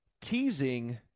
teasing